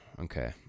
Okay